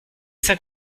cinq